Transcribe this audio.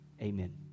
Amen